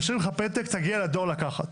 משאירים לך פתק להגיע לדואר לקחת.